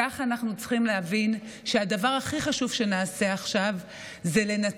כך אנחנו צריכים להבין שהדבר הכי חשוב שנעשה עכשיו הוא לנצח,